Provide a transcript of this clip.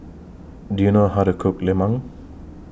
Do YOU know How to Cook Lemang